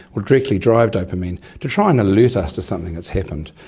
will directly drive dopamine to try and alert us to something that's happened.